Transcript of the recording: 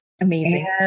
Amazing